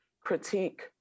critique